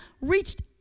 reached